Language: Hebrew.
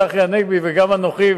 צחי הנגבי וגם אנוכי,